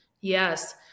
Yes